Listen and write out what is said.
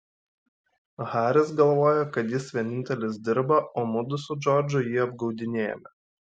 haris galvojo kad jis vienintelis dirba o mudu su džordžu jį apgaudinėjame